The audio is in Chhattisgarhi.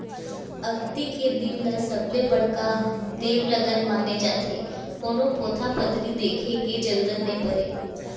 अक्ती के दिन ल सबले बड़का देवलगन माने जाथे, कोनो पोथा पतरी देखे के जरूरत नइ परय